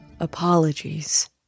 Apologies